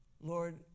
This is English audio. Lord